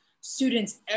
students